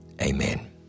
amen